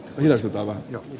yleisen tavan a